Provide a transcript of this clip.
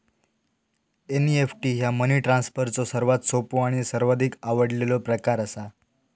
NEFT ह्या money ट्रान्सफरचो सर्वात सोपो आणि सर्वाधिक आवडलेलो प्रकार असा